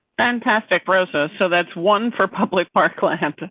fantastic process. so that's one for public part